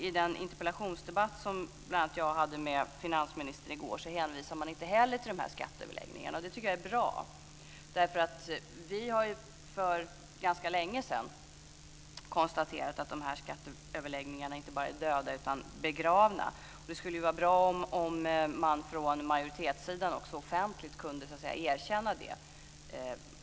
I den interpellationsdebatt som bl.a. jag hade med finansministern i går hänvisades inte heller till skatteöverläggningarna. Och det tycker jag är bra. Vi har ju för ganska länge sedan konstaterat att överläggningarna är inte bara döda utan begravda. Det skulle vara bra om man från majoritetssidan offentligt kunde erkänna det.